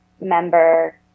member